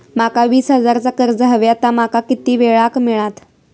माका वीस हजार चा कर्ज हव्या ता माका किती वेळा क मिळात?